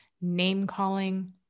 name-calling